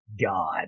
god